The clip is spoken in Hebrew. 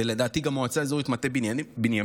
ולדעתי גם מועצה אזורית מטה בנימין.